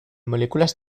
moléculas